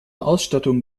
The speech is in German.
ausstattung